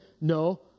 No